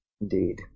Indeed